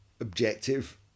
objective